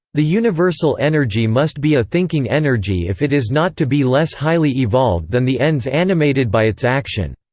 the universal energy must be a thinking energy if it is not to be less highly evolved than the ends animated by its action.